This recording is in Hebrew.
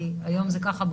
כי היום זה ככה,